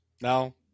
No